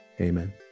Amen